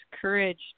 courage